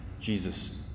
Jesus